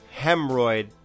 hemorrhoid